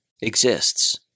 exists